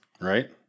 right